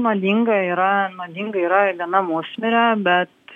nuodinga yra nuodinga yra viena musmirė bet